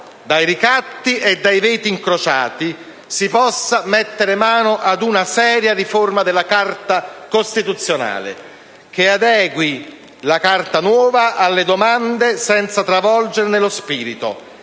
dai ricatti e dai veti incrociati, si possa mettere mano ad una seria riforma della Carta costituzionale che adegui la Carta nuova alle domande, senza travolgerne lo spirito